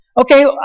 Okay